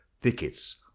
Thickets